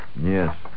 Yes